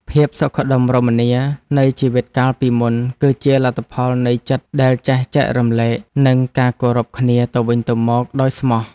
ភាពសុខដុមរមនានៃជីវិតកាលពីមុន គឺជាលទ្ធផលនៃចិត្តដែលចេះចែករំលែក និងការគោរពគ្នាទៅវិញទៅមកដោយស្មោះ។